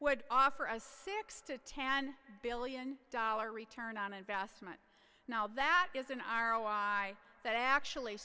would offer a six to ten billion dollar return on investment now that is an r o i that actually